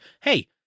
hey